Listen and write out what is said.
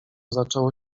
zaczęło